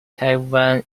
taiwan